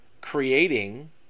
creating